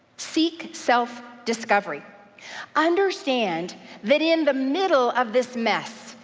seek self-discovery. understand that in the middle of this mess,